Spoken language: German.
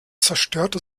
zerstörte